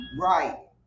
Right